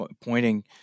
pointing